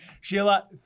Sheila